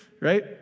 right